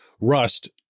Rust